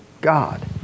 God